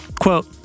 Quote